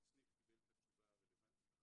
כל סניף קיבל את התשובה הרלוונטית,